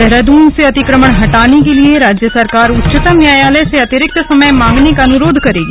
देहरादून से अतिक्रमण हटाने के लिए राज्य सरकार उच्चतम न्यायालय से अतिरिक्त समय मांगने का अनुरोध करेगी